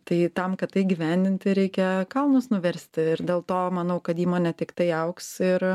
tai tam kad tai įgyvendinti reikia kalnus nuversti ir dėl to manau kad įmonė tiktai augs ir